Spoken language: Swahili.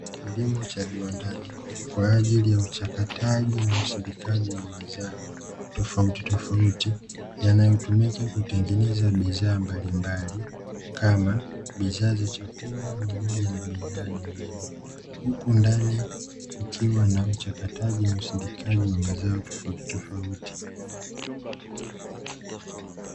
Kilimo cha viwandani kwa ajili ya uchakataji na usindikaji wa mazao tofauti , Yanayotumika kutengeneza bidhaa mbalimbali kama bidhaa za chakula pamoja na bidhaa nyingine. Huku ndani kukiwa na uchakataji na usindikaji wa mazao tofauti.